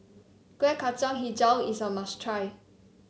Kueh Kacang hijau is a must try